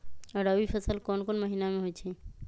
रबी फसल कोंन कोंन महिना में होइ छइ?